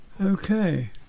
Okay